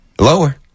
Lower